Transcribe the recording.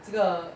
这个